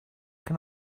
can